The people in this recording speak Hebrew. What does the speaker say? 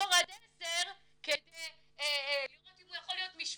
"תספור עד עשר" כדי לראות אם הוא יכול להיות משמורן.